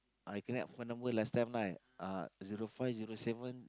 I can have one number last time right uh zero five zero seven